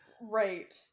Right